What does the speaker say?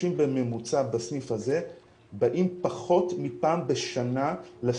אנשים בממוצע בסניף הזה באים פחות מפעם בשנה לסניף.